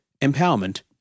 empowerment